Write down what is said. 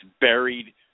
buried